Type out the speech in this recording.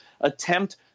attempt